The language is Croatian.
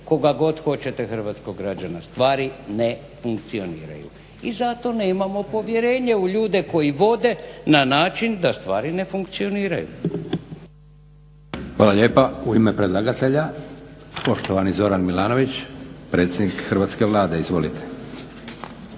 koga god hoćete hrvatskog građana. Stvari ne funkcioniraju i zato nemamo povjerenje u ljude koji vode na način da stvari ne funkcioniraju.